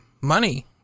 money